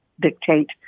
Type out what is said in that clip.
dictate